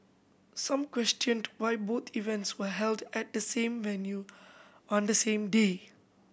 some questioned why both events were held at the same venue on the same day